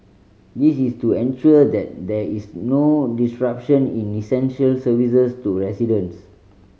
this is to ensure that there is no disruption in essential services to residents